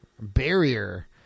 barrier